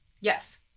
Yes